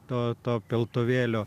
to to piltuvėlio